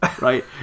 right